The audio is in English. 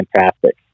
fantastic